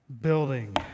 building